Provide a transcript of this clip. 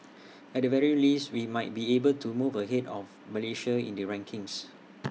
at the very least we might be able to move ahead of Malaysia in the rankings